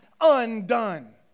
undone